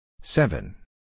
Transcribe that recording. Seven